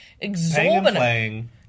exorbitant